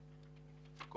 המפורסמות.